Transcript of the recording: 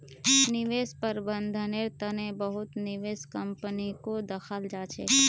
निवेश प्रबन्धनेर तने बहुत निवेश कम्पनीको दखाल जा छेक